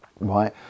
Right